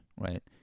right